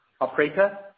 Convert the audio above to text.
Operator